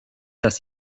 dass